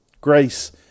Grace